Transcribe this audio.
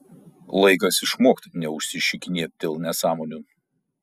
laikas išmokt neužsišikinėt dėl nesąmonių